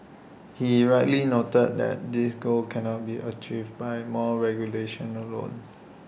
he rightly noted that this goal cannot be achieved by more regulation alone